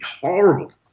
horrible